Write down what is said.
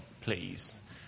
please